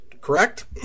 correct